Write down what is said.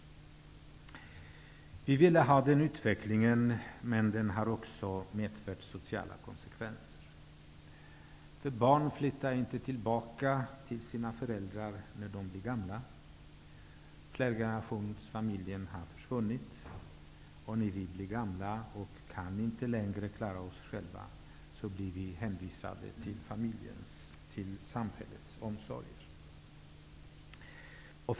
Vi ville ha den utvecklingen, men den har också medfört sociala konsekvenser. Barn flyttar inte tillbaka till sina föräldrar när föräldrarna blir gamla. Flergenerationsfamiljen har försvunnit, och när vi blir gamla och inte längre kan klara oss själva, blir vi hänvisade till samhällets omsorger.